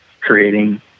creating